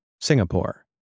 Singapore